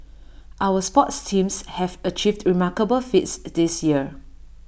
our sports teams have achieved remarkable feats this year